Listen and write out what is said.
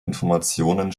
informationen